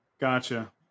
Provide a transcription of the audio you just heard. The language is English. gotcha